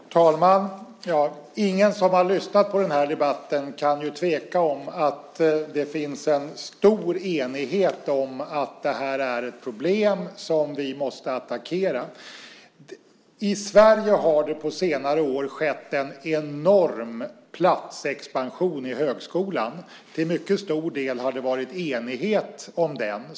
Fru talman! Ingen som har lyssnat på den här debatten kan tveka om att det finns en stor enighet om att detta är ett problem som vi måste attackera. I Sverige har det på senare år skett en enorm platsexpansion i högskolan. Till mycket stor del har det varit enighet om den.